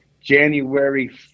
January